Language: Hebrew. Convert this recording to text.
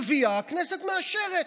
היא מביאה והכנסת מאשרת.